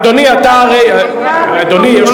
אדוני, אתה הרי, אני יכול להגיד משפט?